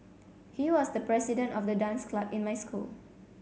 he was the president of the dance club in my school